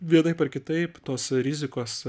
vienaip ar kitaip tos rizikos